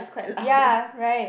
ya right